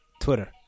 Twitter